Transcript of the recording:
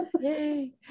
Yay